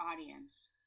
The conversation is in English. audience